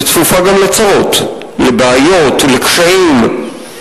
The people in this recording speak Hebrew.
וצפופה גם לצרות, לבעיות, לקשיים,